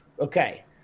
Okay